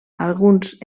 alguns